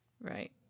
Right